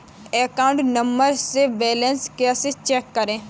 Account number से balance कैसे check करें?